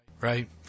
Right